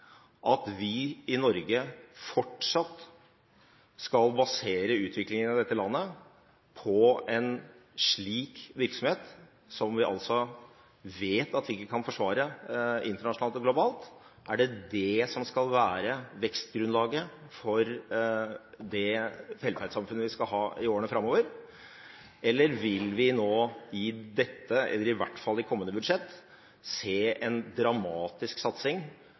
at vi i Norge fortsatt skal basere utviklingen av dette landet på en slik virksomhet, som vi altså vet at vi ikke kan forsvare internasjonalt og globalt? Er det det som skal være vekstgrunnlaget for det velferdssamfunnet vi skal ha i årene framover, eller vil vi nå i dette, eller i hvert fall i kommende budsjett, se en dramatisk satsing